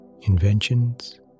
inventions